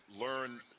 learn